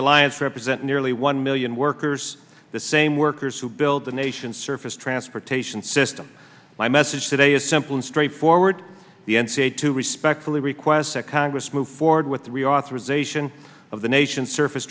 alliance represent nearly one million workers the same workers who built the nation's surface transportation system my message today is simple and straightforward the n c a to respectfully request that congress move forward with the reauthorization of the nation's surface